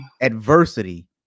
adversity